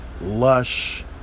Lush